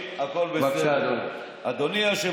סל הקליטה מוענק על ידי משרד העלייה והקליטה אך